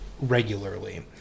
regularly